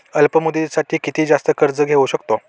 अल्प मुदतीसाठी किती जास्त कर्ज घेऊ शकतो?